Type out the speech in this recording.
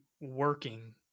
working